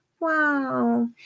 Wow